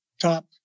top